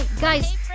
guys